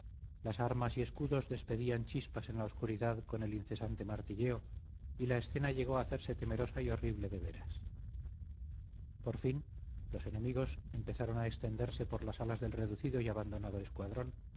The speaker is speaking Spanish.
las armas y escudos despedían chispas en la oscuridad con el incesante martilleo y la escena llegó a hacerse temerosa y horrible de veras por fin los enemigos empezaron a extenderse por las alas del reducido y abandonado escuadrón